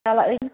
ᱪᱟᱞᱟᱜᱼᱟᱹᱧ